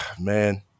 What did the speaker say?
man